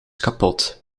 kapot